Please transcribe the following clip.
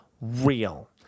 real